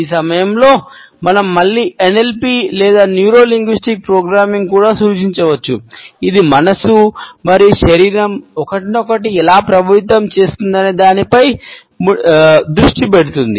ఈ సమయంలో మనం మళ్ళీ ఎన్ఎల్పి కూడా సూచించవచ్చు ఇది మనస్సు మరియు శరీరం ఒకటినొకటి ఎలా ప్రభావితం చేస్తుందనే దానిపై దృష్టి పెడుతుంది